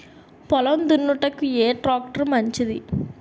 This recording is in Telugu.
పొలం దున్నుటకు ఏ ట్రాక్టర్ మంచిది?